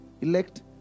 elect